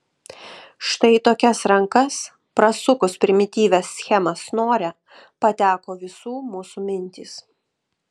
štai į tokias rankas prasukus primityvią schemą snore pateko visų mūsų mintys